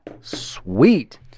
Sweet